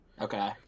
Okay